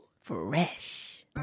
fresh